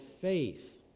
faith